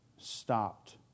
stopped